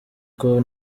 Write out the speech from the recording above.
uko